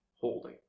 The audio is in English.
holding